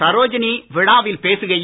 சரோஜினி விழாவில் பேசுகையில்